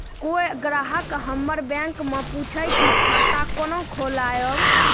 कोय ग्राहक हमर बैक मैं पुछे की खाता कोना खोलायब?